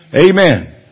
Amen